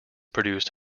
produced